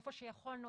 איפה שיכולנו,